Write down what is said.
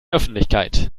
öffentlichkeit